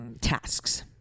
tasks